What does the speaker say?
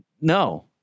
no